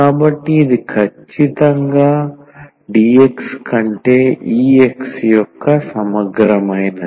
కాబట్టి ఇది ఖచ్చితంగా dx కంటే ఈ X యొక్క సమగ్రమైనది